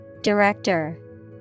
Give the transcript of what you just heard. Director